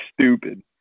stupid